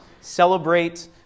celebrate